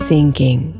sinking